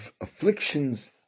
afflictions